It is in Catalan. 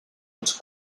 els